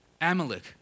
Amalek